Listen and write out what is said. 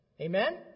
Amen